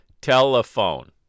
Telephone